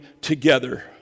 together